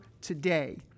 today